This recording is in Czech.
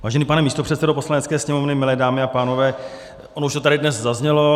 Vážený pane místopředsedo Poslanecké sněmovny, milé dámy a pánové, ono už to tady dnes zaznělo.